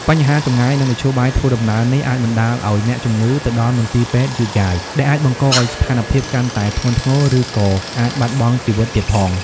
បញ្ហាចម្ងាយ និងមធ្យោបាយធ្វើដំណើរនេះ អាចបណ្តាលឱ្យអ្នកជំងឺទៅដល់មន្ទីរពេទ្យយឺតយ៉ាវ ដែលអាចបង្កឱ្យស្ថានភាពកាន់តែធ្ងន់ធ្ងរ ឬក៏អាចបាត់បង់ជីវិតទៀតផង។